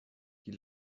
die